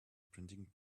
printing